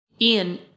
Ian